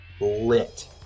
lit